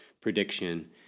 prediction